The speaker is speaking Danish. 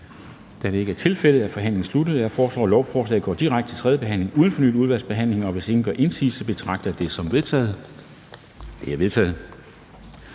Da det ikke er tilfældet, er forhandlingen sluttet. Jeg foreslår, at lovforslaget går direkte til tredje behandling uden fornyet udvalgsbehandling. Hvis ingen gør indsigelse, betragter jeg det som vedtaget. Det er vedtaget.